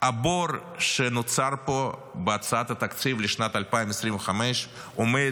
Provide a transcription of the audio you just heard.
הבור שנוצר פה בהצעת התקציב לשנת 2025 עומד